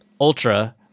Ultra